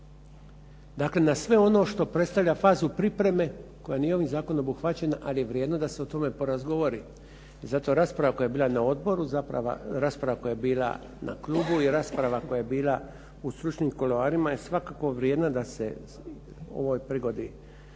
Dakle, na sve ono što predstavlja fazu pripreme koja nije ovim zakonom obuhvaćena, ali je vrijedno da se o tome porazgovori. I zato rasprava koja je bila na odboru, rasprava koja je bila na klubu i rasprava koja je bila u stručnim kuloarima je svakako vrijedna da se u ovoj prigodi